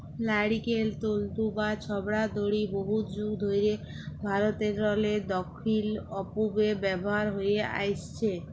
লাইড়কেল তল্তু বা ছবড়ার দড়ি বহুত যুগ ধইরে ভারতেরলে দখ্খিল অ পূবে ব্যাভার হঁয়ে আইসছে